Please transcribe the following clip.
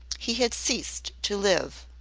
he had ceased to live.